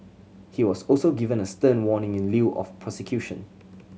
he was also given a stern warning in lieu of prosecution